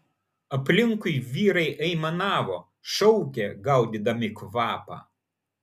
aplinkui vyrai aimanavo šaukė gaudydami kvapą